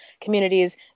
communities